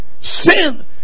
sin